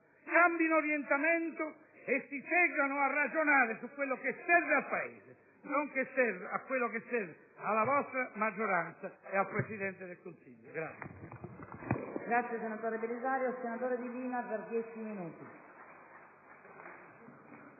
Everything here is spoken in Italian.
cambino orientamento e si seggano a ragionare su quello che serve al Paese e non su quello che serve alla vostra maggioranza e al Presidente del Consiglio.